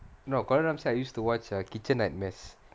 no gordon ramsay I used to watch ah kitchen nightmares